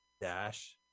dash